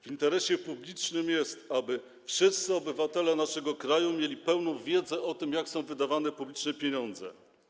W interesie publicznym jest, aby wszyscy obywatele naszego kraju mieli pełną wiedzę o tym, jak są wydawane publiczne pieniądze.